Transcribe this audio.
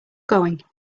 going